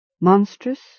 monstrous